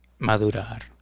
Madurar